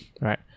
right